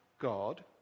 God